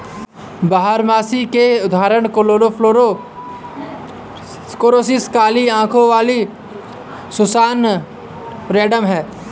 बारहमासी के उदाहरण कोर्नफ्लॉवर, कोरॉप्सिस, काली आंखों वाली सुसान, सेडम हैं